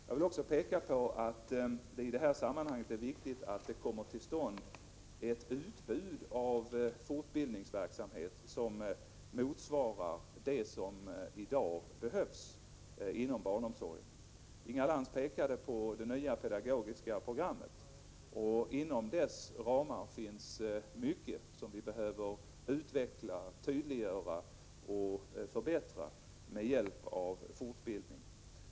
Jag vill också peka på att det i det här sammanhanget är viktigt att det kommer till stånd ett utbud av fortbildningsverksamhet som motsvarar vad som i dag behövs inom barnomsorgen. Inga Lantz pekade på det nya 15 pedagogiska programmet, och inom dess ramar finns mycket som vi behöver utveckla, tydliggöra och förbättra med hjälp av fortbildning.